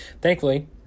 Thankfully